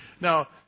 Now